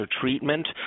treatment